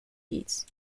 beats